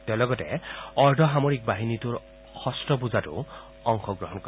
তেওঁ লগতে অৰ্ধসামৰিক বাহিনীটোৰ শস্ত পূজাতো অংশগ্ৰহণ কৰিব